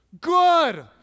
good